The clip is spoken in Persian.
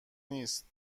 نیست